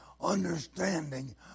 Understanding